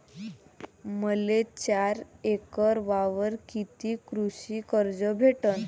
मले चार एकर वावरावर कितीक कृषी कर्ज भेटन?